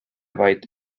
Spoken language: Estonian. vaid